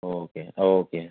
okay okay